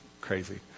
crazy